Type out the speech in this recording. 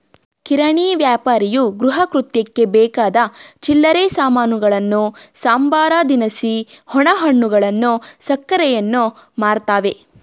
ಕಿರಾಣಿ ವ್ಯಾಪಾರಿಯು ಗೃಹಕೃತ್ಯಕ್ಕೆ ಬೇಕಾದ ಚಿಲ್ಲರೆ ಸಾಮಾನುಗಳನ್ನು ಸಂಬಾರ ದಿನಸಿ ಒಣಹಣ್ಣುಗಳು ಸಕ್ಕರೆಯನ್ನು ಮಾರ್ತವೆ